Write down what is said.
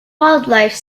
wildlife